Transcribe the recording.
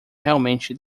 realmente